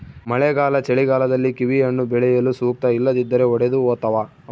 ಮಳೆಗಾಲ ಚಳಿಗಾಲದಲ್ಲಿ ಕಿವಿಹಣ್ಣು ಬೆಳೆಯಲು ಸೂಕ್ತ ಇಲ್ಲದಿದ್ದರೆ ಒಡೆದುಹೋತವ